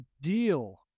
deal